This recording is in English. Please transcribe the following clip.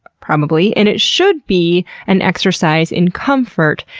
probably, and it should be an exercise in comfort,